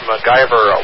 MacGyver